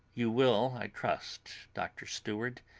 you will, i trust, dr. seward,